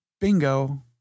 bingo